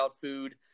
food